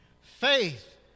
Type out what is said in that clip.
Faith